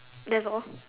that's all